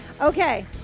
okay